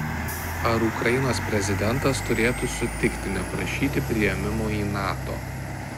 ar ukrainos prezidentas turėtų sutikti neprašyti priėmimo į nato